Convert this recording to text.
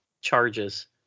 charges